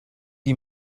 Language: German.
die